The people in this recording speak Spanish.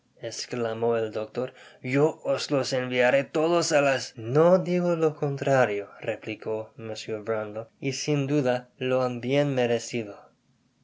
esclamó el doctor yo os los enviaré todos álas no digo lo contrario replicó mr brownlow y sin duda lo han bien merecido fué